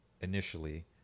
initially